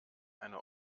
eine